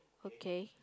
okay